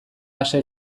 ase